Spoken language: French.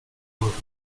ensuite